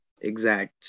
exact